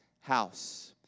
house